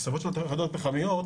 הסבות של יחידות פחמיות,